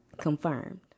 confirmed